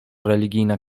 religijna